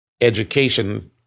education